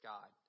God